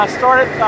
started